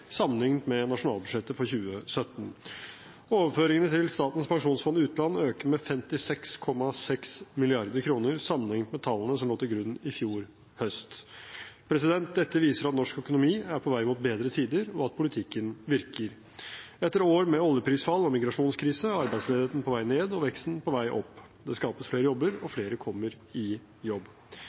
sammenlignet med nasjonalbudsjettet for 2017. Overføringene til Statens pensjonsfond utland økte med 56,6 mrd. kr sammenlignet med tallene som lå til grunn i fjor høst. Dette viser at norsk økonomi er på vei mot bedre tider, og at politikken virker. Etter år med oljeprisfall og migrasjonskrise er arbeidsledigheten på vei ned og veksten på vei opp. Det skapes flere jobber, og flere kommer i jobb.